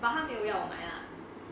but 她没有要买 lah